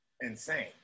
insane